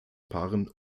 paaren